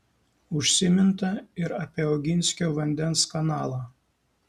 užsiminta ir apie oginskio vandens kanalą